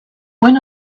when